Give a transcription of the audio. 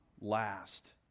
last